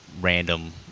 random